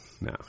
no